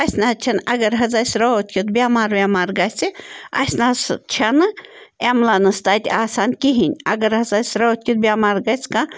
أسۍ نَہ حظ چھِنہٕ اگر حظ اَسہِ راتھ کیُتھ بٮ۪مار وٮ۪مار گژھِ اَسہِ نَہ حظ سُہ چھَنہٕ اٮ۪ملَنٕس تَتہِ آسان کِہیٖنۍ اگر حظ اَسہِ راتھ کیُتھ بٮ۪مار گژھِ کانٛہہ